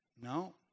No